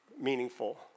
meaningful